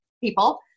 people